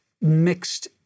mixed